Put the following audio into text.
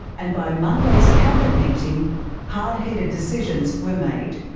and by monday's cabinet meeting hard-headed decisions were made.